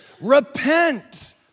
Repent